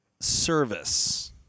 service